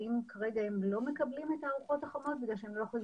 האם כרגע הם לא מקבלים את הארוחות החמות כי הם לא יכולים